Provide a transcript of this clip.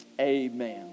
amen